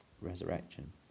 resurrection